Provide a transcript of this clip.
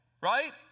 right